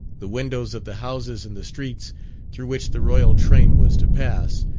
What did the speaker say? the windows of the houses in the streets through which the royal train was to pass,